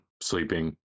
sleeping